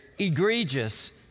egregious